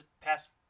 past